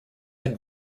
had